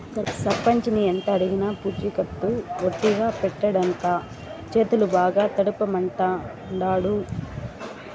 సర్పంచిని ఎంతడిగినా పూచికత్తు ఒట్టిగా పెట్టడంట, చేతులు బాగా తడపమంటాండాడు